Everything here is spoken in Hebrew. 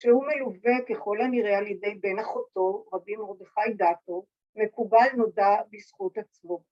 ‫שהוא מלווה ככל הנראה ‫על ידי בן אחותו, רבי מרדכי דתו, ‫מקובל נודע בזכות עצמו.